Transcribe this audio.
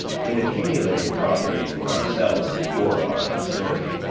in accumulating property for ourselves or our posterity,